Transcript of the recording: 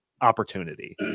opportunity